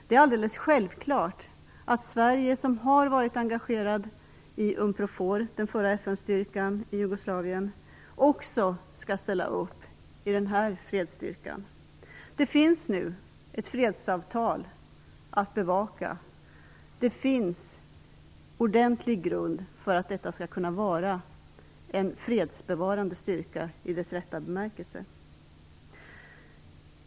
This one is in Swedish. Det är alldeles självklart att Sverige som har varit engagerat i Unprofor, den förra FN-styrkan i Jugoslavien, också skall ställa upp i denna fredsstyrka. Det finns nu ett fredsavtal att bevaka och det finns ordentlig grund för att detta skall kunna vara en fredsbevarande styrka i dess rätta bemärkelse.